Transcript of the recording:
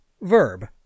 Verb